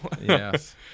yes